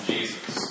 Jesus